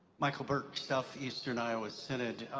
michael burk, southeastern iowa synod.